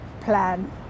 plan